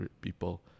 people